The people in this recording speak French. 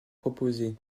proposer